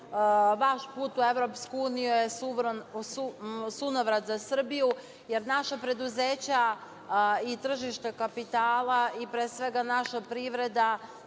vaš put u EU je sunovrat za Srbiju, jer naša preduzeća i tržišta kapitala i pre svega naša privreda,